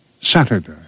Saturday